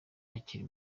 akiri